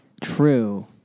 True